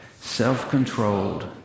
self-controlled